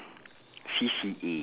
C_C_A